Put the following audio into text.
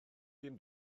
dim